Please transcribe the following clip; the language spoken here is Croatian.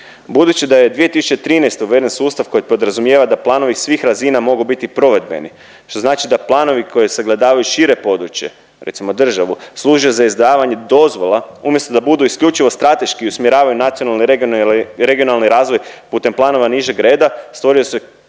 Budući da je 2013. uveden sustav koji podrazumijeva da planovi svih razina mogu biti provedbeni, što znači da planovi koji sagledavaju šire područje recimo državu služe za izdavanje dozvola umjesto da budu isključivo strateški i usmjeravaju nacionalni i regionalni razvoj putem planova nižeg reda stvorio se kaos